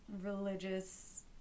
religious